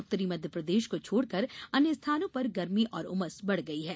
उत्तरी मध्यप्रदेश को छोड़कर अन्य स्थानों पर गर्मी और उमस बढ़ गई है